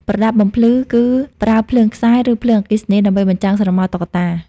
ប្រដាប់បំភ្លឺ គឺប្រើភ្លើងខ្សែ ឬភ្លើងអគ្គិសនី ដើម្បីបញ្ចាំងស្រមោលតុក្កតា។